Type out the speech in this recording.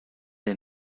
des